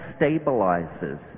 stabilizes